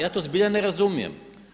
Ja to zbilja ne razumijem.